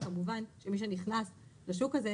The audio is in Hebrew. כמובן שמי שנכנס לשוק הזה,